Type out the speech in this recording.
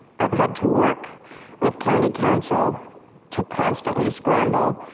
i've had to work with county council to constantly scramble,